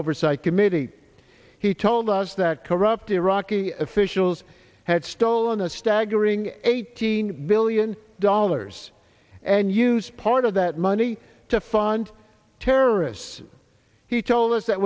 oversight committee he told us that corrupt iraqi officials had stolen a staggering eighteen million dollars and used part of that money to fund terrorists he told us that